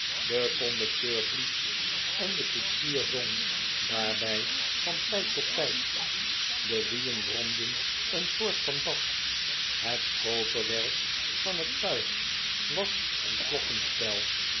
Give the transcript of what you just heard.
de conducteur blies en de koetsier zong daarbij van tijd tot tijd de wielen bromden een soort van bas het koperwerk van het tuig was een klokkenspel